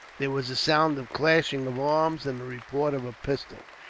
there was a sound of clashing of arms, and the report of a pistol.